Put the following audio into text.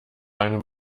einem